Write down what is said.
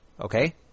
okay